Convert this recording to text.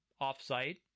off-site